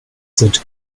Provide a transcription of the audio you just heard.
sind